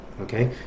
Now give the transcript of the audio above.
okay